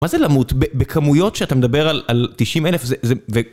מה זה למות? בכמויות שאתה מדבר על 90,000 זה...